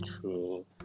true